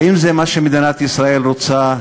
האם זה מה שמדינת ישראל רוצה?